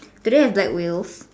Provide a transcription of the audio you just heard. do they have black wheels